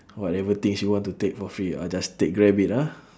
whatever things you want to take for free all just take grab it ah